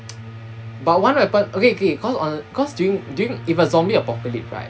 but one weapon okay okay cause on cause during during if a zombie apocalypse right